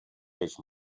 peix